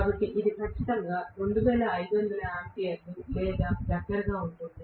కాబట్టి ఇది ఖచ్చితంగా 2500 ఆంపియర్ లేదా దగ్గరగా ఉంటుంది